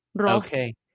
Okay